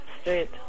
straight